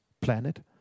planet